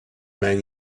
man